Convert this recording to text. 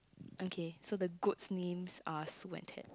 okay so the goats names are Sue and Ted